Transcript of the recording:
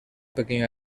pequeño